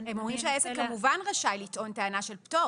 הם אומרים שהעסק כמובן רשאי לטעון טענה של פטור.